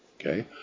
okay